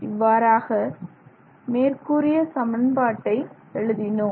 இவ்வாறாக மேற்கூறிய சமன்பாட்டை எழுதினோம்